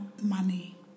money